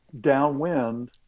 downwind